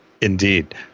indeed